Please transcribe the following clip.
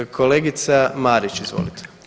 Kolegica Marić, izvolite.